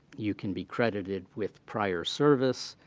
you can be credited with prior service.